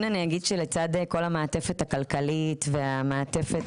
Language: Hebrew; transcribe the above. כן אני אגיד שלצד כל המעטפת הכלכלית והמעטפת